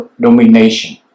domination